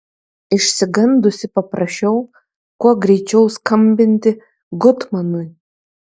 išsigandusi paprašiau kuo greičiau skambinti gutmanui